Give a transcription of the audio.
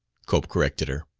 cope corrected her,